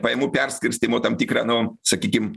pajamų perskirstymo tam tikrą nu sakykim